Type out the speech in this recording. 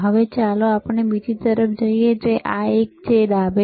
હવે ચાલો આપણે બીજી તરફ જઈએ જે આ એક છે ડાબે